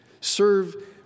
Serve